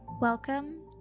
Welcome